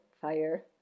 fire